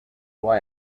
why